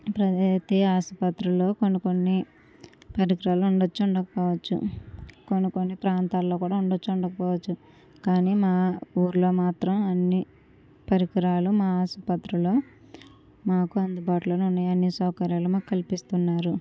ప్రగతి ఆసుపత్రిలో కొన్ని కొన్ని పరికరాలు ఉండొచ్చు ఉండకపోవచ్చు కొన్ని కొన్ని ప్రాంతాల్లో కూడా ఉండొచ్చు ఉండకపోవచ్చు కానీ మా ఊర్లో మాత్రం అన్ని పరికరాలు మా ఆసుపత్రిలో మాకు అందుబాట్లోనే ఉన్నాయి అన్ని సౌకర్యాలు మాకు కల్పిస్తున్నారు